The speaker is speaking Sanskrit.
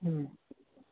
हूं